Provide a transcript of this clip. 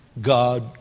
God